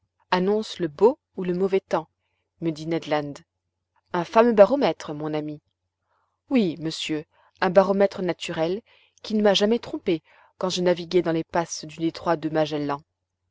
annonce le beau ou le mauvais temps me dit ned land un fameux baromètre mon ami oui monsieur un baromètre naturel qui ne m'a jamais trompé quand je naviguais dans les passes du détroit de magellan